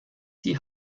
die